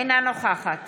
אינה נוכחת